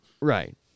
Right